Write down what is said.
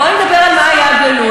בואי נדבר על מה היה גלוי.